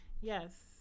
Yes